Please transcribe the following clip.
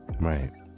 right